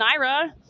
Naira